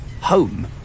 home